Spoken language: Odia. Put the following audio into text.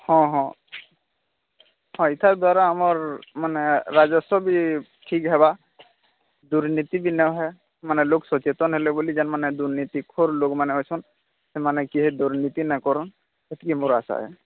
ହଁ ହଁ ହଁ ଏଇଟା ଦ୍ୱାରା ଆମର ମାନେ ରାଜସ୍ୱ ବି ଠିକ୍ ହେବ ଦୁର୍ନୀତି ବି ନା ହୁଏ ମାନେ ଲୋକ ସଚେତନ ହେଲେ ବୋଲି ଜାଣିବା ନେ ଦୁର୍ନୀତି ଖୋର୍ ଲୋକମାନେ ଅଛନ୍ତି ସେମାନେ କିଏ ଦୁର୍ନୀତି ନା କରନ୍ତି ଏତିକି ମୋର ଆଶା ହେ